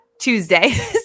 Tuesday